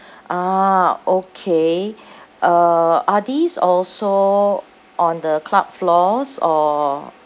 ah okay uh are these also on the club floors or